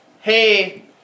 hey